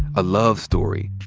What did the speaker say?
a love story,